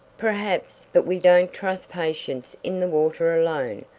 perhaps but we don't trust patients in the water alone.